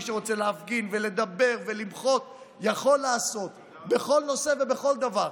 מי שרוצה להפגין ולדבר ולמחות יכול לעשות זאת בכל נושא ובכל דבר.